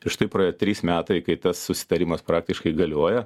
ir štai praėjo trys metai kai tas susitarimas praktiškai galioja